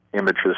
images